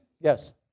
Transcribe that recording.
Yes